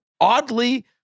oddly